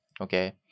Okay